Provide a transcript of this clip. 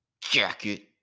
jacket